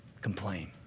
complain